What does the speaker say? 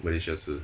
malaysia 吃